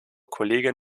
kollegin